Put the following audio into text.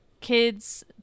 kids